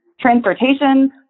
transportation